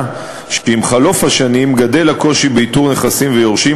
שעם חלוף השנים גדל הקושי באיתור נכסים ויורשים,